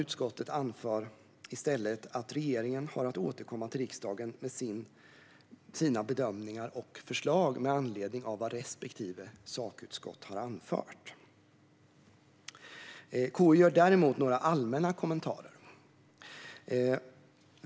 Utskottet anför i stället att regeringen har att återkomma till riksdagen med sina bedömningar och förslag med anledning av vad respektive sakutskott har anfört. KU gör däremot några allmänna kommentarer.